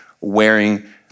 wearing